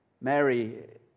Mary